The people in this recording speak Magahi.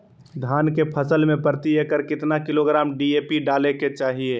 धान के फसल में प्रति एकड़ कितना किलोग्राम डी.ए.पी डाले के चाहिए?